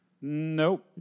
Nope